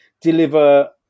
deliver